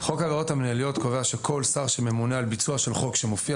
חוק עבירות מנהליות קובע שכל שר שממונה על ביצוע של חוק שמופיע